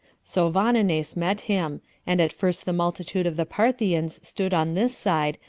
so vonones met him and at first the multitude of the parthians stood on this side,